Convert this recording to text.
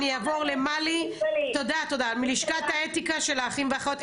אני אעבור למלי מלשכת האתיקה של האחים והאחיות.